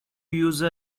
use